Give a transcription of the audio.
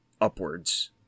upwards